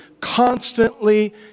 constantly